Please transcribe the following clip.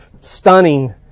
stunning